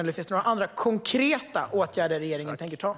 Eller finns det några andra konkreta åtgärder som regeringen tänker vidta?